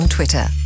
Twitter